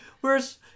Whereas